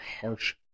harsh